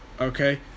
okay